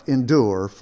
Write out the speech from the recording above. Endure